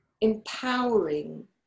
empowering